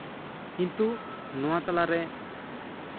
ᱠᱤᱱᱛᱩ ᱱᱚᱣᱟ ᱛᱟᱞᱟᱨᱮ